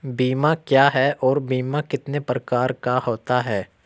बीमा क्या है और बीमा कितने प्रकार का होता है?